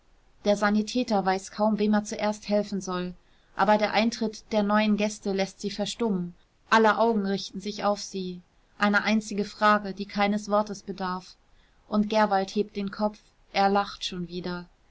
der sanitäter weiß kaum wem er zuerst helfen soll aber der eintritt der neuen gäste läßt sie verstummen aller augen richten sich auf sie eine einzige frage die keines worts bedarf und gerwald hebt den kopf er lacht schon wieder